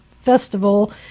festival